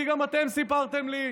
כי גם אתם סיפרתם לי.